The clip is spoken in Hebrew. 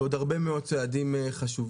ועוד הרבה מאוד צעדים חשובים.